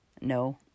No